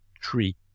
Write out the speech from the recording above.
tree